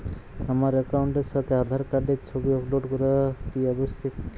আমার অ্যাকাউন্টের সাথে আধার কার্ডের ছবি আপলোড করা কি আবশ্যিক?